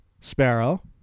Sparrow